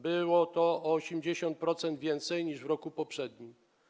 Było to o 80% więcej niż w roku poprzednim.